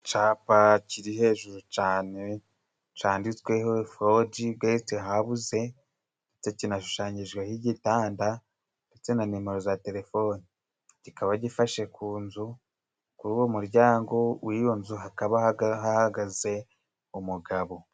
Icapa kiri hejuru cane canditsweho fogi gesite hawuze, ndetse kinashushanyijweho igitanda, ndetse na nimero za telefoni kikaba gifashe ku nzu, kuri uwo muryango w'iyo nzu hakaba hahagaze umugabo.